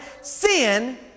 Sin